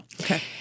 Okay